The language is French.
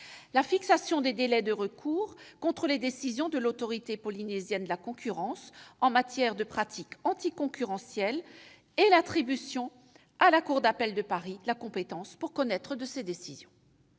la fixation des délais de recours contre les décisions de l'Autorité polynésienne de la concurrence en matière de pratiques anticoncurrentielles et l'attribution à la cour d'appel de Paris de la compétence pour connaître de ces décisions